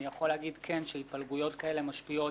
אני יכול להגיד שההתפלגויות האלה משפיעות